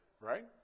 Right